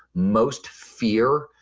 most fear,